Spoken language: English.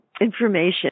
information